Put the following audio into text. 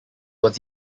was